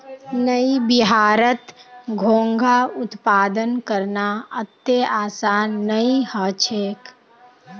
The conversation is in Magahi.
नइ बिहारत घोंघा उत्पादन करना अत्ते आसान नइ ह छेक